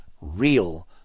real